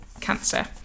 cancer